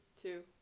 two